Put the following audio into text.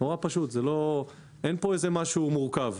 נורא פשוט, אין פה משהו מורכב.